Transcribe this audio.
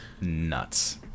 nuts